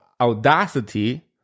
audacity